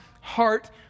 heart